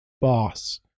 boss